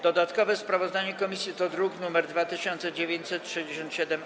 Dodatkowe sprawozdanie komisji to druk nr 2967-A.